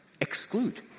exclude